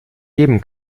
jedem